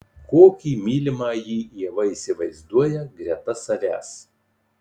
kokį mylimąjį ieva įsivaizduoja greta savęs